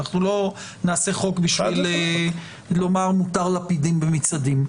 אנחנו לא נעשה חוק בשביל לומר שמותר לפידים במצעדים.